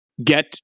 get